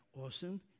awesome